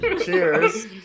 Cheers